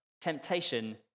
temptation